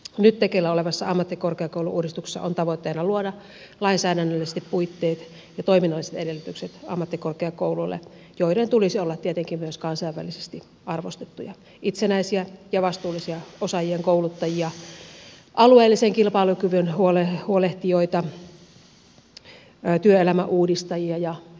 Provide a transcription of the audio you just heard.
nyt tekeillä olevassa ammattikorkeakoulu uudistuksessa on tavoitteena luoda lainsäädännöllisesti puitteet ja toiminnalliset edellytykset ammattikorkeakouluille joiden tulisi olla tietenkin myös kansainvälisesti arvostettuja itsenäisiä ja vastuullisia osaajien kouluttajia alueellisen kilpailukyvyn huolehtijoita työelämäuudistajia ja innovaattoreita ja niin edelleen